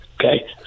Okay